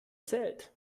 zählt